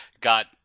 got